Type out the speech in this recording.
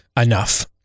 enough